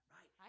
Right